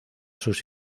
sus